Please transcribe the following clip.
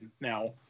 Now